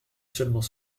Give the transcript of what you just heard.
seulement